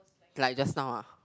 like just now ah